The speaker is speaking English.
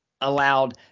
allowed